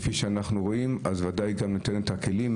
זה נותן לנפגע כלים